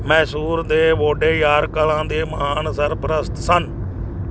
ਮੈਸੂਰ ਦੇ ਵੋਡੇਯਾਰ ਕਲਾ ਦੇ ਮਹਾਨ ਸਰਪ੍ਰਸਤ ਸਨ